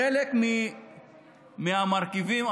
חלק מהמרכיבים,